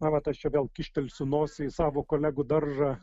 na vat aš čia vėl kyštelsiu nosį į savo kolegų daržą